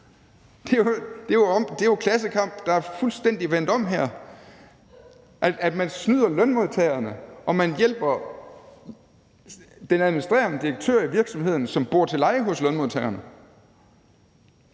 Det er jo klassekamp, der er fuldstændig vendt om her. Man snyder lønmodtagerne, og man hjælper den administrerende direktør i virksomheden, som bor til leje hos lønmodtagerne.